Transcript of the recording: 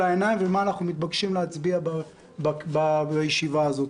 העיניים ומה אנחנו מתבקשים להצביע בישיבה הזאת.